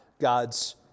God's